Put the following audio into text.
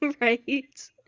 Right